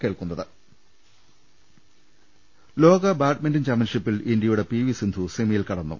ലലലലലലലലലലലല ലോക ബാഡ്മിന്റൺ ചാമ്പ്യൻഷിപ്പിൽ ഇന്ത്യയുടെ പി വി സിന്ധു സെമിയിൽ കടന്നു